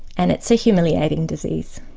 and it's a humiliating disease,